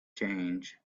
change